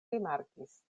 rimarkis